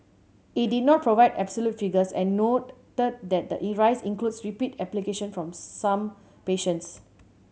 it did not provide absolute figures and noted that the rise includes repeat application from some patients